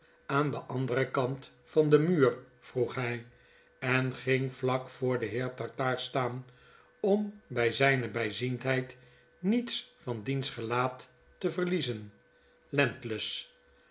aan den anderen kant van den muur vroeg hij en ging vlak voor den heer tartaar staan om bg zgne bijziendheid niets van diens gelaat te verliezen